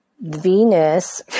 Venus